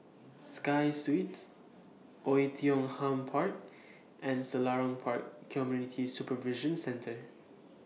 Sky Suites Oei Tiong Ham Park and Selarang Park Community Supervision Centre